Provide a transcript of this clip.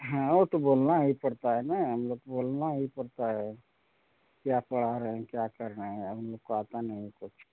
हाँ वह तो बोलना ही पड़ता है न हम लोग बोलना ही पड़ता है क्या पढ़ा रहें क्या कर रहें हम लोग को आता नहीं कुछ